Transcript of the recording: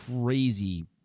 crazy